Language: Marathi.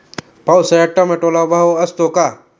पावसाळ्यात टोमॅटोला भाव असतो का?